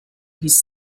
his